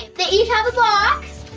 they each have a box,